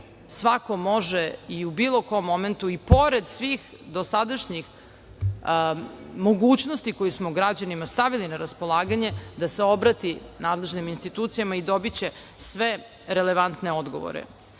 svako može i u bilo kom momentu i pored svih dosadašnjih mogućnosti koje smo građanima stavili na raspolaganje da se obrati nadležnim institucijama i dobiće sve relevantne odgovore. Što